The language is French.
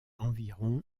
environ